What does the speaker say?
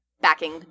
backing